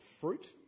fruit